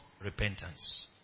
repentance